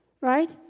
Right